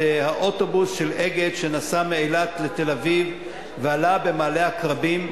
שנסע מאילת לתל-אביב ועלה במעלה-העקרבים,